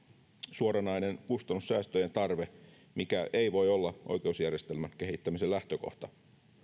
suoranainen kustannussäästöjen tarve mikä ei voi olla oikeusjärjestelmän kehittämisen lähtökohta